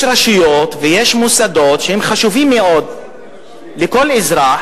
יש רשויות ויש מוסדות שהם חשובים מאוד לכל אזרח,